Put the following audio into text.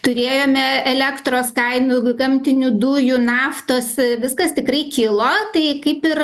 turėjome elektros kainų gamtinių dujų naftos viskas tikrai kilo tai kaip ir